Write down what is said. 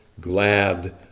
glad